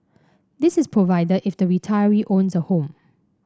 this is provided if the retiree owns a home